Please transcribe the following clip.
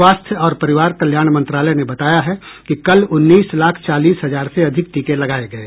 स्वास्थ्य और परिवार कल्याण मंत्रालय ने बताया है कि कल उन्नीस लाख चालीस हजार से अधिक टीके लगाए गये